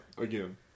again